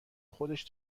خودش